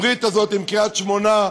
הברית הזאת עם קריית שמונה,